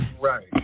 Right